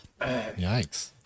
Yikes